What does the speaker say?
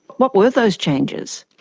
what were those changes?